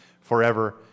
forever